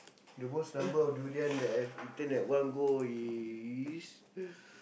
the most number of durian that I've eaten at one go is